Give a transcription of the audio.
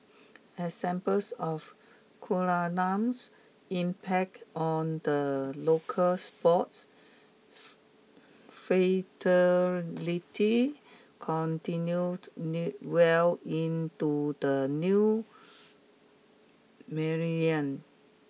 examples of Kunalan's impact on the local sports fraternity continued well into the new millennium